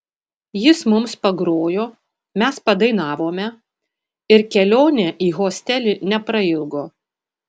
jis mums pagrojo mes padainavome ir kelionė į hostelį neprailgo